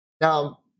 Now